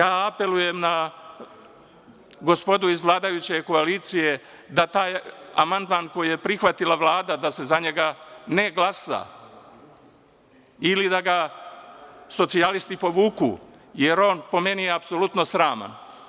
Apelujem na gospodu iz vladajuće koalicije da taj amandman, koji je prihvatila Vlada, da se za njega ne glasa ili da ga socijalisti povuku, jer je on po meni apsolutno sraman.